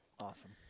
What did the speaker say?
Awesome